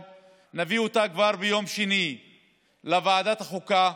נביא אותה כבר ביום שני לוועדת החוקה,